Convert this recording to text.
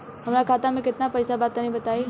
हमरा खाता मे केतना पईसा बा तनि बताईं?